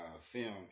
film